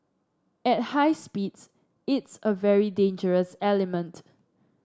at high speeds it's a very dangerous element